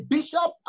Bishop